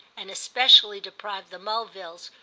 and especially deprived the mulvilles,